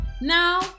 Now